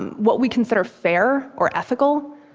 um what we consider fair or ethical.